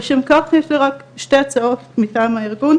לשם כך, יש לי רק שתי הצעות מטעם הארגון.